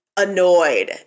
annoyed